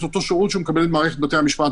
אותו שירות שהוא מקבל ממערכת בתי המשפט.